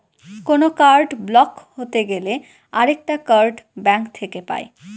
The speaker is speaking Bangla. কোনো কার্ড ব্লক হতে গেলে আরেকটা কার্ড ব্যাঙ্ক থেকে পাই